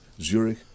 Zurich